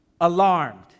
Alarmed